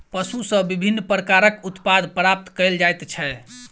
पशु सॅ विभिन्न प्रकारक उत्पाद प्राप्त कयल जाइत छै